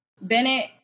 Bennett